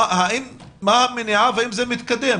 מה המניעה והאם זה מתקדם?